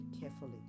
carefully